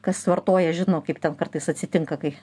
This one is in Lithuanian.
kas vartoja žino kaip ten kartais atsitinka kai